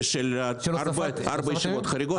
של ארבע ישיבות חריגות.